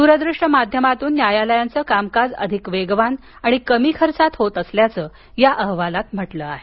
दूर दृश्य माध्यमातून न्यायालयांच कामकाज अधिक वेगवान आणि कमी खर्चात होत असल्याच या अहवालात म्हटल आहे